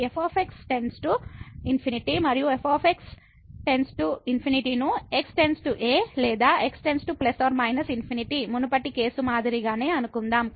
కాబట్టి ఈ f →∞ మరియు f →∞ ను x → a లేదా x→± ∞ మునుపటి కేసు మాదిరిగానే అనుకుందాం